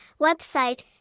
Website